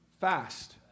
fast